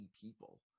people